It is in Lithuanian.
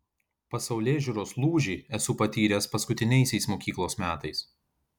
pasaulėžiūros lūžį esu patyręs paskutiniaisiais mokyklos metais